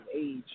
age